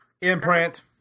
Imprint